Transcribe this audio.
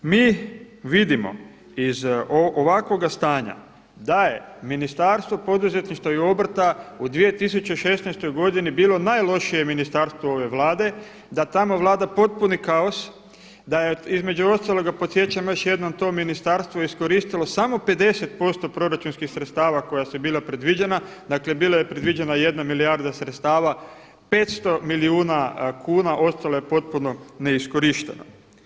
Mi vidimo iz ovakvoga stanja da je Ministarstvo poduzetništva i obrta u 2016. godini bilo najlošije Ministarstvo ove Vlade, da tamo vlada potpuni kaos, da je između ostaloga, podsjećam još jednom to ministarstvo iskoristilo samo 50% proračunskih sredstava koja su bila predviđena, dakle bila je predviđena jedna milijarda sredstava 500 milijuna kuna, ostalo je potpuno neiskorišteno.